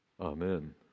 Amen